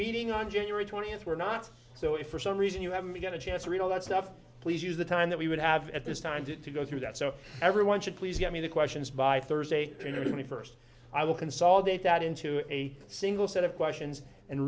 meeting on january twentieth we're not so if for some reason you haven't got a chance to read all that stuff please use the time that we would have at this time to go through that so everyone should please get me the questions by thursday twenty first i will consolidate that into a single set of questions and